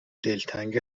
دلتنگ